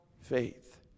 faith